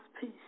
peace